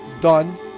done